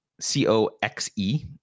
C-O-X-E